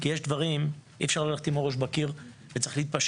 כי יש דברים שאי אפשר ללכת איתם עם הראש בקיר וצריך להתפשר.